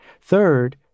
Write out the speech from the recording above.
Third